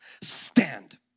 stand